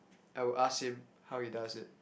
I will ask him how he does it